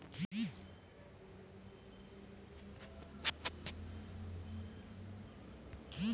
ಆಹಾರ ಉತ್ಪಾದನೆ ಉದ್ಯಮಕ್ಕೆ ಭಾರತದಲ್ಲಿ ಉತ್ತಮ ಬೇಡಿಕೆಯಿದೆ